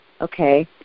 Okay